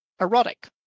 erotic